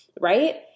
right